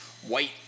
White